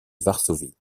varsovie